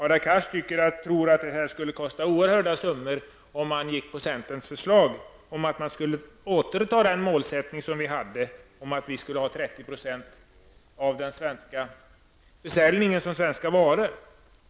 Hadar Cars tror att det skulle kosta oerhörda summor att följa centerns förslag om att man åter skall ta upp vår målsättning om att 30 % av försäljningen skall bestå av svenska produkter.